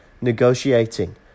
negotiating